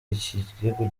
ikirego